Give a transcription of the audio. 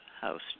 house